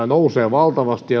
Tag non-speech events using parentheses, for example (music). (unintelligible) nousee valtavasti (unintelligible)